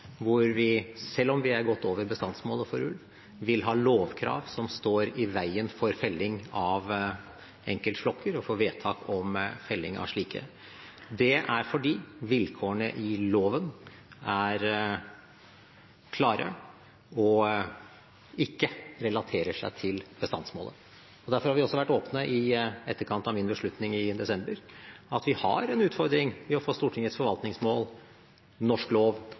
hvor vi – selv om vi er godt over bestandsmålet for ulv – vil ha lovkrav som står i veien for felling av enkeltflokker og for vedtak om felling av slike. Det er fordi vilkårene i loven er klare og ikke relaterer seg til bestandsmålet. Derfor har vi vært åpne i etterkant av min beslutning i desember om at vi har en utfordring i å få Stortingets forvaltningsmål, norsk lov